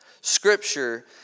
Scripture